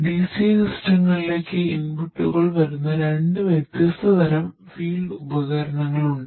DCA സിസ്റ്റങ്ങളിലേക്ക് ഇൻപുട്ടുകൾ ഉണ്ട്